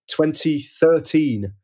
2013